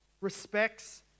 respects